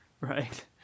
right